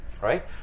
right